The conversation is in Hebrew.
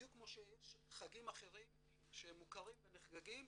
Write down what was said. בדיוק כמו שיש חגים אחרים שמוכרים ונחגגים,